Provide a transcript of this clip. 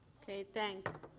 okay. thank